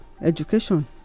education